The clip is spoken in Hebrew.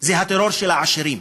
זה הטרור של העשירים.